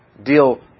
deal